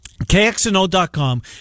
KXNO.com